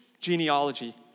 genealogy